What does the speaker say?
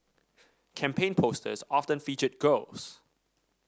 campaign posters often featured girls